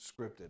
scripted